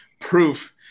proof